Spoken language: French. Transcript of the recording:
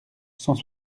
cent